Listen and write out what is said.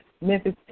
Memphis